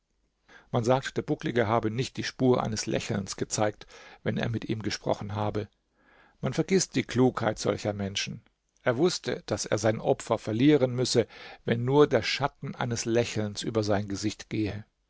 man sagt der bucklige habe nicht die spur eines lächelns gezeigt wenn er mit ihm gesprochen habe man vergißt die klugheit solcher menschen er wußte daß er sein opfer verlieren müsse wenn nur der schatten eines lächelns über sein gesicht gehe